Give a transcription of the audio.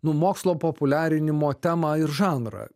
nu mokslo populiarinimo temą ir žanrą